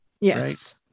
Yes